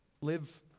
live